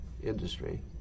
industry